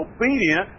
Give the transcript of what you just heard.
Obedient